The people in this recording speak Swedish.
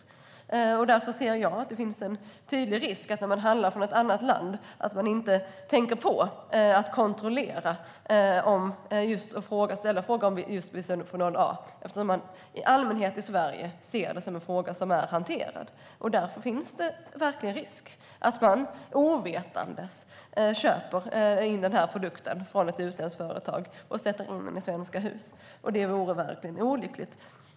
Jag ser därför en tydlig risk för att man, när man handlar från något annat land, inte tänker på att kontrollera och ställa frågor om just bisfenol A. I Sverige ses det i allmänhet som en fråga som är hanterad. Därför finns det risk för att man ovetandes köper in den produkten från ett utländskt företag och sätter in den i svenska hus. Det vore verkligen olyckligt.